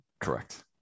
Correct